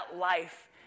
life